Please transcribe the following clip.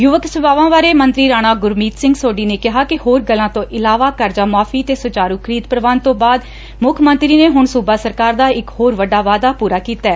ਯੁਵਕ ਸੇਵਾਵਾਂ ਬਾਰੇ ਮੰਤਰੀ ਰਾਣਾ ਗੁਰਮੀਤ ਸਿੰਘ ਸੋਢੀ ਨੇ ਕਿਹਾ ਕਿ ਹੋਰ ਗੱਲਾਂ ਤੋ ਇਲਾਵਾ ਕਰਜ਼ਾ ਮੁਆਫੀ ਤੇ ਸੁਚਾਰੁ ਖਰੀਦ ਪ੍ਰਬੰਧ ਤੋਂ ਬਾਅਦ ਮੁੱਖ ਮੰਤਰੀ ਨੇ ਹੁਣ ਸੁਬਾ ਸਰਕਾਰ ਦਾ ਇਕ ਹੋਰ ਵੱਡਾ ਵਾਅਦਾ ਪੁਰਾ ਕੀਤੈ